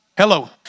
Hello